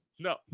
No